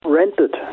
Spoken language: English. rented